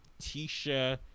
Tisha